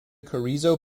carrizo